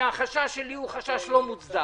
שהחשש שלי הוא לא מוצדק,